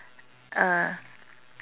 uh